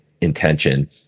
intention